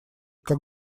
как